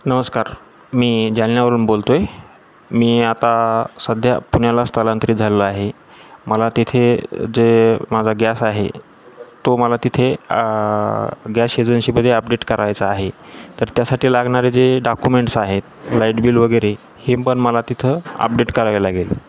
नमस्कार मी जालन्यावरून बोलतो आहे मी आता सध्या पुण्याला स्थलांतरित झालेलो आहे मला तेथे जे माझा गॅस आहे तो मला तिथे गॅस एजन्शीमध्ये अपडेट करायचा आहे तर त्यासाठी लागणारे जे डाकुमेंट्स आहेत लाईट बिल वगैरे हे पण मला तिथं अपडेट करावे लागेल